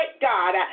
God